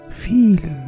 feel